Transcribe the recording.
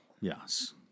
Yes